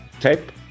tape